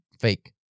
fake